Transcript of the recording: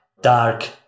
dark